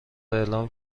اعلام